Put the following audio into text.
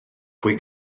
fwy